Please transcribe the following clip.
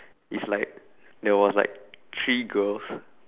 is like there was like three girls